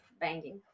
banging